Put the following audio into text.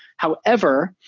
however,